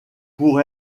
pour